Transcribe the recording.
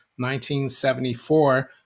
1974